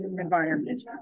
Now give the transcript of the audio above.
environment